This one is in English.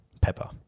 Pepper